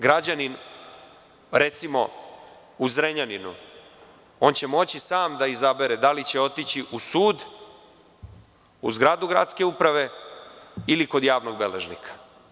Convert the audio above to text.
Građanin, recimo, u Zrenjaninu će moći sam da izabere da li će otići u sud, u zgradu gradske uprave ili kod javnog beležnika.